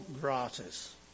gratis